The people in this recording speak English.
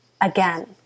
again